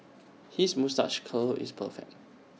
his moustache curl is perfect